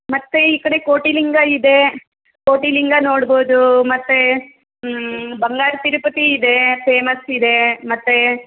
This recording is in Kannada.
ಮತ್ತೆ ಈ ಕಡೆ ಕೋಟಿಲಿಂಗ ಇದೆ ಕೋಟಿಲಿಂಗ ನೋಡ್ಬೋದು ಮತ್ತೆ ಬಂಗಾರ ತಿರುಪತಿ ಇದೆ ಫೇಮಸ್ ಇದೆ ಮತ್ತೆ